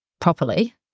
properly